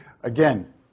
Again